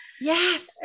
Yes